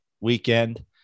weekend